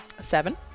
Seven